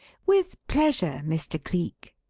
with pleasure, mr. cleek,